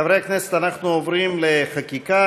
חברי הכנסת, אנחנו עוברים לחקיקה,